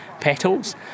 petals